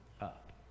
up